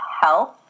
health